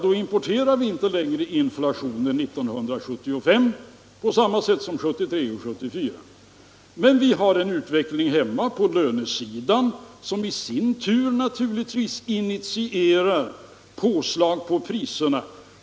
Då importerar vi inte inflationen 1975 på samma sätt som vi gjorde 1973 och 1974. Men vi har här hemma en utveckling i dag på lönesidan som i sin tur naturligtvis initierar påslag på priserna.